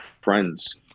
friends